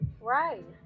Right